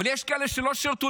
אבל יש כאלה שלא שירתו,